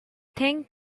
thing